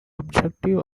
objective